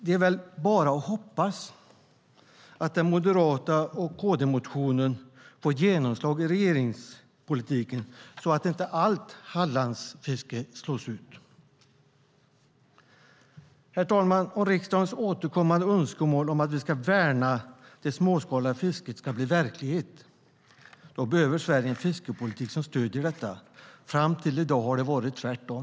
Det är väl bara att hoppas att den moderata motionen och KD-motionen får genomslag i regeringspolitiken så att inte allt Hallandsfiske slås ut. Herr talman! Om riksdagens återkommande önskemål att vi ska värna det småskaliga fisket ska bli verklighet behöver Sverige en fiskeripolitik som stöder detta. Fram till i dag har det varit tvärtom.